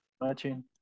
matching